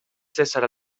cèsar